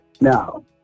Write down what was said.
Now